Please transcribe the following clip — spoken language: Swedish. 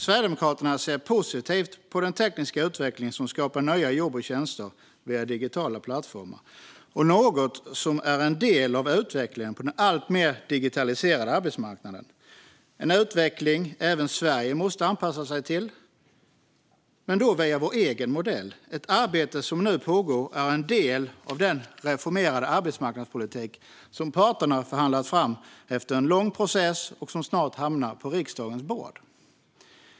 Sverigedemokraterna ser positivt på den tekniska utvecklingen som skapar nya jobb och tjänster via digitala plattformar. Det är något som är en del av utvecklingen på den alltmer digitaliserade arbetsmarknaden. Det är en utveckling som även Sverige måste anpassa sig till men då via vår egen modell. Det arbete som nu pågår är en del av den reformerade arbetsmarknadspolitik som parterna förhandlat fram efter en lång process och som snart hamnar på riksdagens bord.